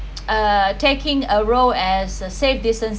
uh taking a role as a safe distancing